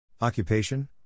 Occupation